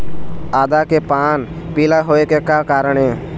आदा के पान पिला होय के का कारण ये?